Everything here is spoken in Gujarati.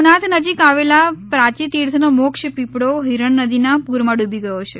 સોમનાથ નજીક આવેલા પ્રાચિ તીર્થનો મોક્ષ પીપળો હિરણ નદીના પૂરમાં ડૂબી ગયો છે